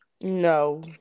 No